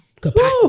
capacity